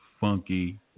funky